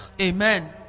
Amen